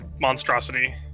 monstrosity